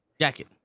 jacket